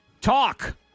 Talk